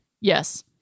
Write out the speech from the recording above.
yes